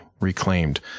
reclaimed